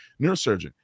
neurosurgeon